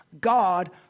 God